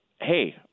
hey